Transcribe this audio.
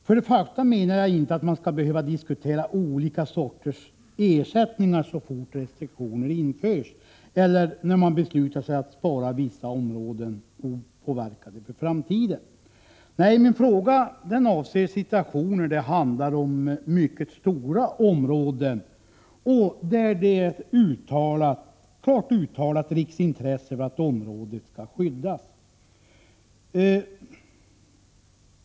Först och främst anser jag att man inte skall behöva diskutera olika sorters ersättning så snart restriktioner införs eller när beslut fattas om att vissa områden skall sparas från framtida påverkan. Nej, min fråga avser situationer när det handlar om mycket stora områden och där det finns ett klart uttalat riksintresse för att områdena skall skyddas.